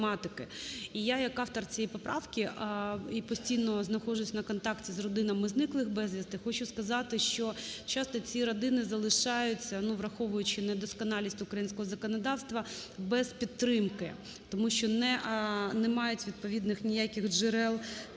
І я як автор цієї поправки, і постійно знаходжусь на контакті з родинами зниклих безвісти, хочу сказати, що часто ці родини залишаються, ну враховуючи недосконалість українського законодавства, без підтримки, тому що не мають відповідних ніяких джерел